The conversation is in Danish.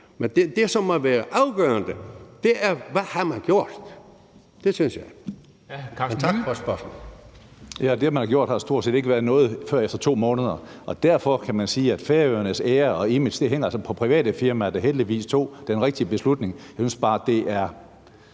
Men det, som må være afgørende, er, hvad man har gjort, det synes jeg.